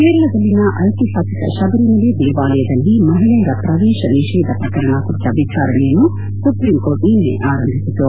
ಕೇರಳದಲ್ಲಿನ ಐತಿಹಾಸಿಕ ಶಬರಿಮಲೆ ದೇವಾಲಯದಲ್ಲಿ ಮಹಿಳೆಯರ ಪ್ರವೇಶ ನಿಷೇಧ ಪ್ರಕರಣ ಕುರಿತ ವಿಚಾರಣೆಯನ್ನು ಸುಪ್ರೀಂ ಕೋರ್ಟ್ ನಿನ್ನೆ ಆರಂಭಿಸಿತು